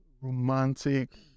romantic